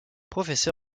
professeur